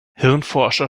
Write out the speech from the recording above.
hirnforscher